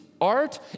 art